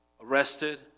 arrested